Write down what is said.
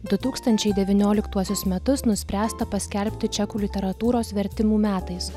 du tūkstančiai devynioliktuosius metus nuspręsta paskelbti čekų literatūros vertimų metais